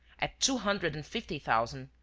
at two hundred and fifty thousand,